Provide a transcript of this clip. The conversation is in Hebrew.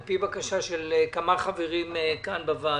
על פי בקשה של כמה חברים בוועדה.